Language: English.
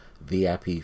VIP